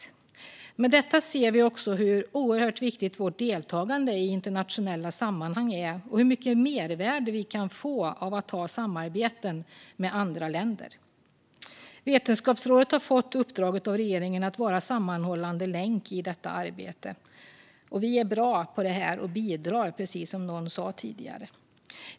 I och med detta ser vi också hur oerhört viktigt Sveriges deltagande i internationella sammanhang är och hur mycket mervärde vi kan få av att ha samarbeten med andra länder. Vetenskapsrådet har fått uppdraget av regeringen att vara en sammanhållande länk i detta arbete. Vi är bra på det här, och vi bidrar, precis som någon sa tidigare.